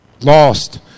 lost